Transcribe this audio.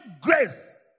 grace